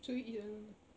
so you eat alone ah